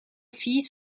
filles